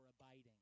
abiding